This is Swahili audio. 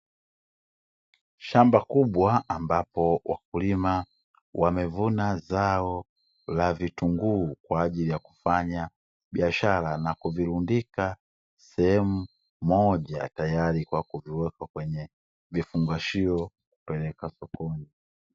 Shamba kubwa ambapo wakulima wamevuna zao la vitunguu kwa ajili ya kufanya biashara na kuvirundika sehemu moja tayari kwa kuviweka kwenye vifungashio kupeleka sokoni.